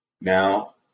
Now